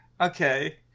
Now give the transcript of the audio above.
Okay